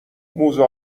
موزه